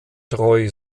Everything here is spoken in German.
treu